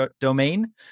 domain